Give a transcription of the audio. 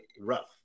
rough